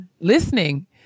Listening